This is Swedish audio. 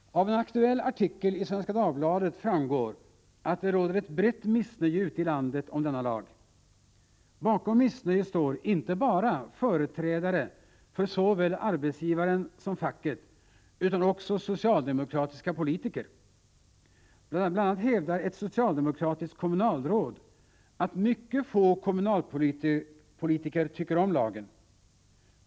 Av en aktuell artikel i Svenska Dagbladet framgår att det råder ett brett missnöje ute i landet med denna lag. Bakom missnöjet står inte bara företrädare för såväl arbetsgivaren som facket utan också socialdemokratiska politiker. Bl. a. hävdar ett socialdemokratiskt kommunalråd att mycket få kommunalpolitiker tycker om lagen.